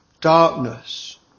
darkness